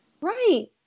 Right